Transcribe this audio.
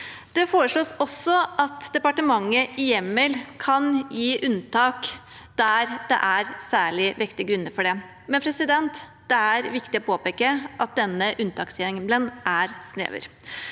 Det foreslås også at departementet i hjemmel kan gi unntak der det er særlig vektige grunner for det. Det er viktig å påpeke at denne unntakshjemmelen er snever.